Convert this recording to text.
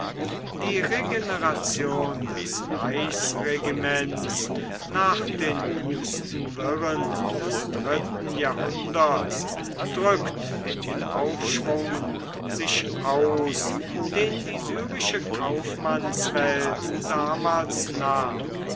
die regeneration des reichsregiments nach den wüsten wirren des dritten jahrhunderts drückt in dem aufschwung sich aus den die syrische kaufmannswelt damals nahm